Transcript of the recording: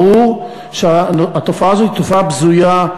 ברור שהתופעה הזאת היא תופעה בזויה,